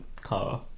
car